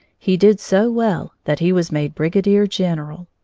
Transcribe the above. he did so well that he was made brigadier-general.